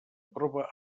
prova